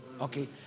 Okay